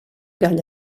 gall